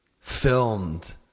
filmed